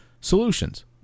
solutions